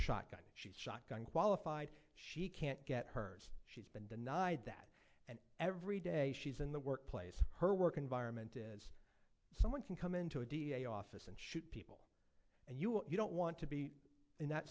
shotgun she's shotgun qualified she can't get hers she's been denied that and every day she's in the workplace her work environment is someone can come into a da office and she and you you don't want to be in that